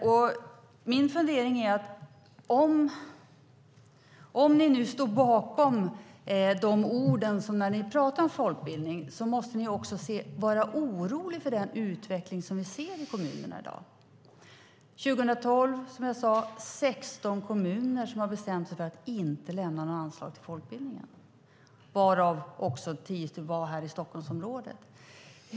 Om ni nu står bakom de ord ni använder när ni pratar om folkbildning måste ni också vara orolig för den utveckling ni ser i kommunerna i dag. År 2012 var det, som jag sade, 16 kommuner som hade bestämt sig för att inte lämna några anslag till folkbildningen. Tio av dessa var här i Stockholmsområdet.